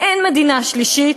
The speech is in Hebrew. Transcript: אין מדינה שלישית,